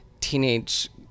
teenage